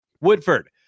Woodford